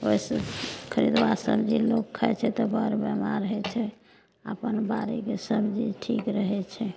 एहि से खरीदुआ सबजी लोग खाइ छै तऽ बड़ बेमार होइ छै अपन बाड़ीके सबजी ठीक रहैत छै